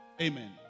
Amen